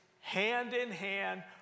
hand-in-hand